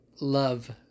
love